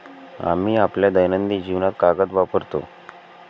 आम्ही आपल्या दैनंदिन जीवनात कागद वापरतो